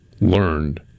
learned